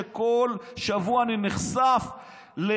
שכל שבוע נחשפת,